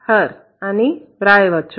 ' అని వ్రాయవచ్చు